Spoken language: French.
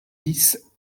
dix